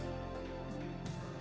or